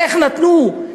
איך נתנו,